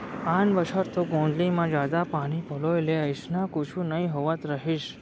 आन बछर तो गोंदली म जादा पानी पलोय ले अइसना कुछु नइ होवत रहिस